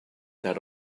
that